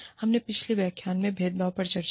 हमने पिछले व्याख्यान में भेदभाव पर चर्चा की